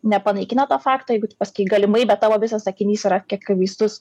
nepanaikina to fakto jeigu tu pasakei galimai bet tavo visas sakinys yra akivaizdus